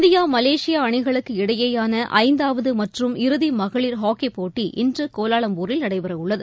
India மலேசியாஅணிகளுக்கு இடையேயானஐந்தாவதுமற்றும் இறுதிமகளிர் இலாக்கிப் போட்டி இன்றுகோலாலம்பூரில் நடைபெறவுள்ளது